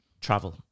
Travel